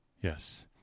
Yes